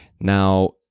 Now